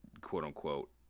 quote-unquote